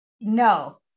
No